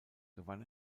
gewann